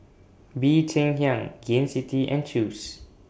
Bee Cheng Hiang Gain City and Chew's